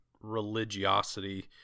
religiosity